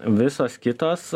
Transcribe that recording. visos kitos